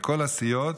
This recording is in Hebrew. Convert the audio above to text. מכל הסיעות,